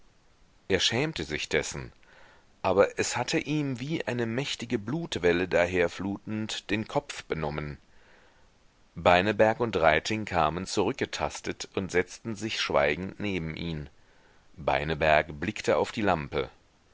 er schämte sich dessen aber es hatte ihm wie eine mächtige blutwelle daherflutend den kopf benommen beineberg und reiting kamen zurückgetastet und setzten sich schweigend neben ihn beineberg blickte auf die lampe